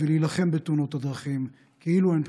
ולהילחם בתאונות הדרכים כאילו אין בחירות,